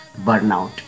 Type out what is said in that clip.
burnout